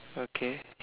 okay